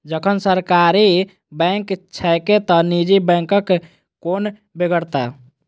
जखन सरकारी बैंक छैके त निजी बैंकक कोन बेगरता?